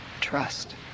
Trust